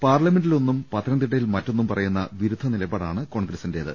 പാർലമെന്റിൽ ഒന്നും പത്തനംതിട്ടയിൽ മറ്റൊന്നും പറയുന്ന വിരുദ്ധ നിലപാടാണ് കോൺഗ്രസിന്റേത്